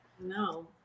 no